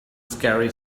scary